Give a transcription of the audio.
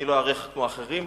לא אאריך כמו אחרים.